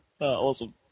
awesome